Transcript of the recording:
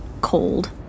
cold